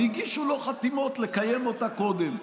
והגישו לו חתימות לקיים אותה קודם.